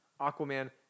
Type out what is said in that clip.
Aquaman